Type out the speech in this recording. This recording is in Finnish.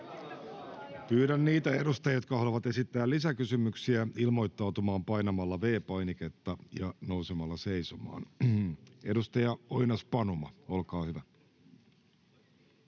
Pyydän niitä edustajia, jotka haluavat esittää lisäkysymyksiä, ilmoittautumaan painamalla V-painiketta ja nousemalla seisomaan. — Edustaja Oinas-Panuma, olkaa hyvä.